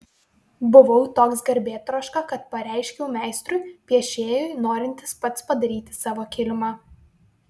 buvau toks garbėtroška kad pareiškiau meistrui piešėjui norintis pats padaryti savo kilimą